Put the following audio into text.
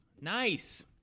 Nice